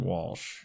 Walsh